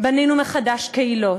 בנינו מחדש קהילות,